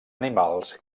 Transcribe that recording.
animals